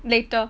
later